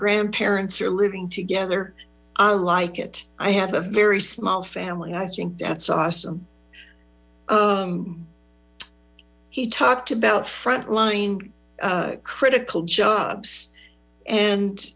grandparents are living together i like it i have a very small family i think that's awesome he talked about front line critical jobs and